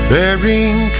Bearing